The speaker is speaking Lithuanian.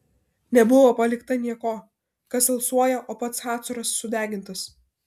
nebuvo palikta nieko kas alsuoja o pats hacoras sudegintas